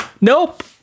Nope